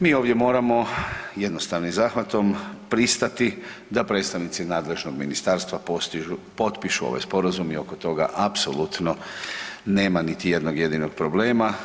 Mi ovdje moramo jednostavnim zahvatom pristati da predstavnici nadležnog ministarstva postižu, potpišu ovaj sporazum i oko toga apsolutno nema niti jednog jedinog problema.